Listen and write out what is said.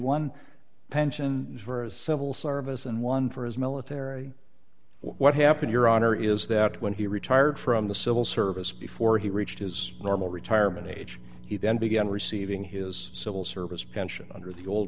one pension for a civil service and one for his military what happened your honor is that when he retired from the civil service before he reached his normal retirement age he then began receiving his civil service pension under the old